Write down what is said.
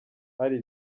hari